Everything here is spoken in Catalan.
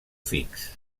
fix